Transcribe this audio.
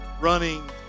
running